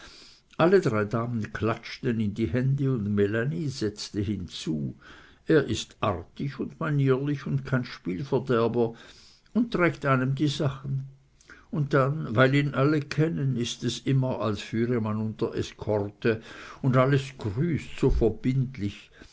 alle drei damen klatschten in die hände und melanie setzte hinzu er ist artig und manierlich und kein spielverderber und trägt einem die sachen und dann weil ihn alle kennen ist es immer als führe man unter eskorte und alles grüßt so verbindlich